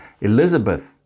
Elizabeth